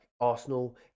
Arsenal